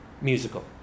musical